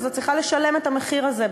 אז את צריכה לשלם את ה"מחיר" הזה,